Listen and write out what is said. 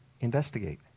investigate